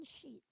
sheets